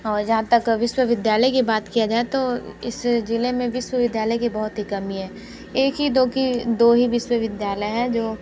और जहाँ तक विश्वविद्यालय की बात किया जाए तो इस ज़िले में विश्वविद्यालय की बहुत ही कमी है एक ही दो कि दो ही विश्वविद्यालय हैं जो